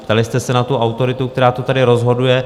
Ptali jste se na autoritu, která to tady rozhoduje.